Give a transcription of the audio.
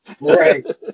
right